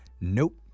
nope